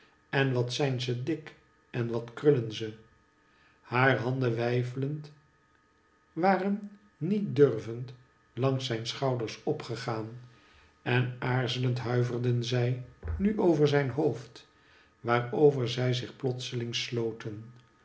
en wat zijn ze dik en wat krullen ze haar handen weifelend waren niet durvend langs zijn schouders opgegaan en aarzelend huiverden zij nu over zijn hoofd waarover zij zich plotseling sloten